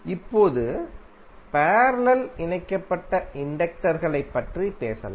இப்போது பேரலல் இணைக்கப்பட்ட இண்டக்டர் களைப் பற்றி பேசலாம்